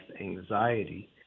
anxiety